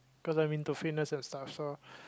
cause I'm into fitness and stuff so